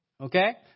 Okay